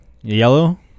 yellow